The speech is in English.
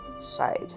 side